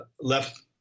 left